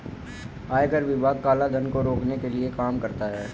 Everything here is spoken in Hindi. आयकर विभाग काला धन को रोकने के लिए काम करता है